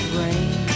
rain